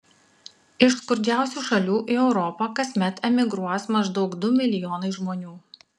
iš skurdžiausių šalių į europą kasmet emigruos maždaug du milijonai žmonių